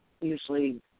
usually